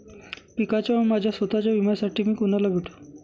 पिकाच्या व माझ्या स्वत:च्या विम्यासाठी मी कुणाला भेटू?